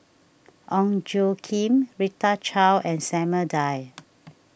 Ong Tjoe Kim Rita Chao and Samuel Dyer